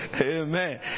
Amen